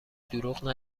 دروغ